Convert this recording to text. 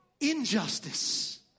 injustice